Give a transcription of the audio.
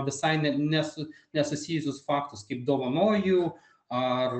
visai ne ne su nesusijusius faktus kaip dovanoju ar